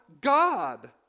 God